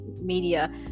media